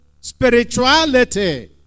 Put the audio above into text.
spirituality